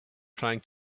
trying